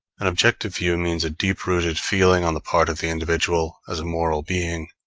an objective view means a deep-rooted feeling on the part of the individual, as a moral being,